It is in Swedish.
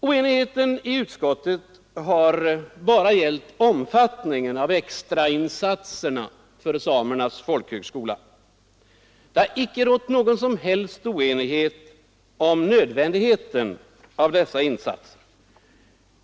Oenigheten i utskottet har endast gällt omfattningen av extrainsatserna för Samernas folkhögskola. Det har icke rått någon som helst oenighet om nödvändigheten av dessa insatser.